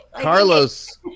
Carlos